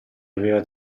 aveva